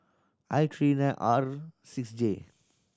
I three nine R six J